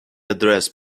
address